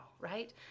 right